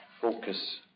focus